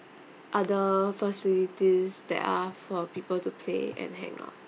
other facilities that are for people to play and hang out